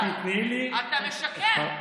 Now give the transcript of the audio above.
אז תיתני לי, אתה משקר.